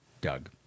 Doug